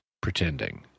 pretending